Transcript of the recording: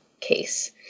case